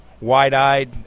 wide-eyed